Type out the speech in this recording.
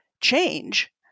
change